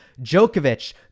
Djokovic